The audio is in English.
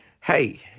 Hey